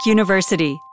University